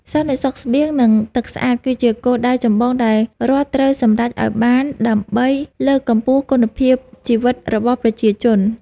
សន្តិសុខស្បៀង និងទឹកស្អាតគឺជាគោលដៅចម្បងដែលរដ្ឋត្រូវសម្រេចឱ្យបានដើម្បីលើកកម្ពស់គុណភាពជីវិតរបស់ប្រជាជន។